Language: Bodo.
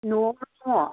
न'आवनो दङ